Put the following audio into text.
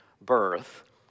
birth